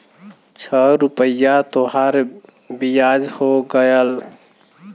छह रुपइया तोहार बियाज हो गएल